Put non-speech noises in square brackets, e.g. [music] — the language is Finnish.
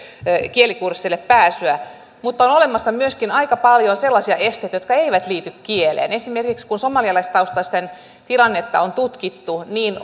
kielikursseille pääsyä mutta on olemassa myöskin aika paljon sellaisia esteitä jotka eivät liity kieleen esimerkiksi kun somalialaistaustaisten tilannetta on tutkittu niin [unintelligible]